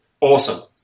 Awesome